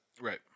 Right